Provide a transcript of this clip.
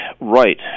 right